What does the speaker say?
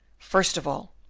first of all,